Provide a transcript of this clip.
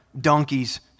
donkey's